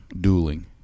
Dueling